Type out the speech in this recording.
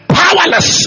powerless